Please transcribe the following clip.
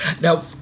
Now